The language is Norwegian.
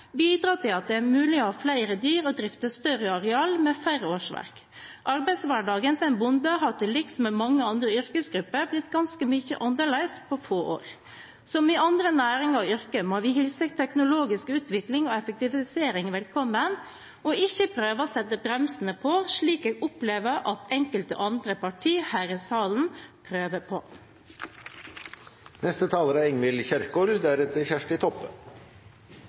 bidrar til at det er mulig å ha flere dyr og drifte større arealer med færre årsverk. Arbeidshverdagen til en bonde har, til liks med arbeidsdagen til mange andre yrkesgrupper, blitt ganske mye annerledes på få år. Som i andre næringer og yrker må vi hilse teknologisk utvikling og effektivisering velkommen og ikke prøve å sette bremsene på, slik jeg opplever at enkelte andre partier her i salen prøver på. Det er